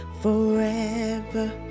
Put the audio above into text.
Forever